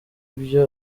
ibyo